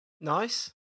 Nice